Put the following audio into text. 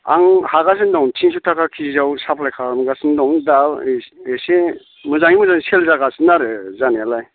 आं हागासिनो दं थिनस' थाखा केजियाव साफ्लाय खालामगासिनो दं दा इसे मोजांयै मोजां सेल जागासिनो आरो जानायालाय